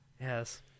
Yes